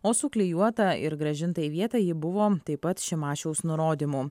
o suklijuota ir grąžinta į vietą ji buvo taip pat šimašiaus nurodymu